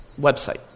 website